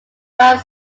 mount